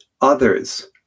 others